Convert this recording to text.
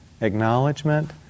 acknowledgement